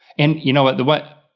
and you know what the what,